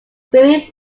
swimming